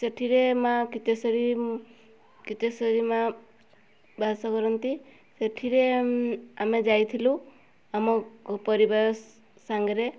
ସେଠିରେ ମାଆ କିତେଶ୍ୱରୀ କିତେଶ୍ୱରୀ ମାଆ ବାସ କରନ୍ତି ସେଠିରେ ଆମେ ଯାଇଥିଲୁ ଆମ ପରିବାର ସାଙ୍ଗରେ